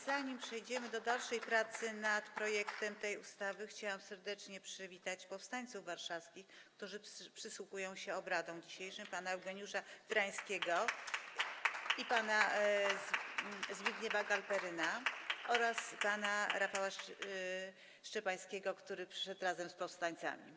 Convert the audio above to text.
Zanim przejdziemy do dalszej pracy nad projektem tej ustawy, chciałabym serdecznie przywitać powstańców warszawskich, którzy przysłuchują się dzisiejszym obradom, pana Eugeniusza Tyrajskiego i pana Zbigniewa Galperyna, oraz pana Rafała Szczepańskiego, który przyszedł razem z powstańcami.